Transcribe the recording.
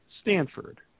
Stanford